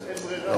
אז אין ברירה.